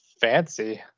fancy